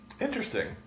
Interesting